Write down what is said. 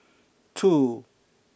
two